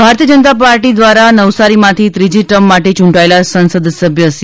Patil Bharatiya Janata Party દ્વારા નવસારીમાંથી ત્રીજી ટર્મ માટે ચૂંટાયેલા સંસદ સભ્ય સી